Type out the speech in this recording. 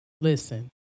Listen